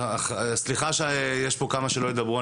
סליחה שיש פה כמה שלא ידברו,